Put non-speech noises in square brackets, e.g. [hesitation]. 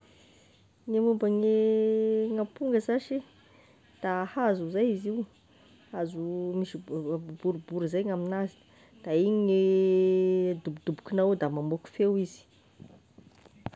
Gne momba gne [hesitation] gn'aponga zashy, da hazo zay izy io, hazo misy bo- boribory zay aminazy, da igny gne [hesitation] adobodobokinao ao da mamoaky feo izy.